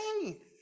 faith